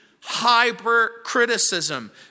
hypercriticism